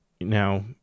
Now